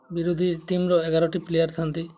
ବିରୋଧି ଟିମ୍ର ଏଗାରଟି ପ୍ଲେୟାର୍ ଥାଆନ୍ତି